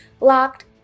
locked